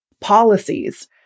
policies